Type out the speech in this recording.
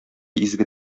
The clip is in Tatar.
изге